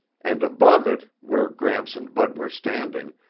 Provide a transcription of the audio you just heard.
and above it, where gramps and bud were standing,